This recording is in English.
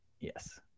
Yes